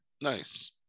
nice